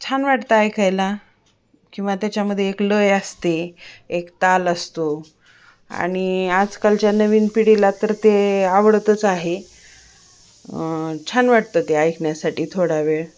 छान वाटतं ऐकायला किंवा त्याच्यामध्ये एक लय असते एक ताल असतो आणि आजकालच्या नवीन पिढीला तर ते आवडतंच आहे छान वाटतं ते ऐकण्यासाठी थोडा वेळ